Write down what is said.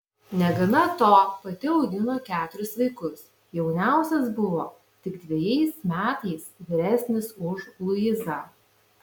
negana to pati augino keturis vaikus jauniausias buvo tik dvejais metais vyresnis už luizą